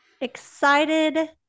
excited